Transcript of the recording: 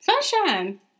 Sunshine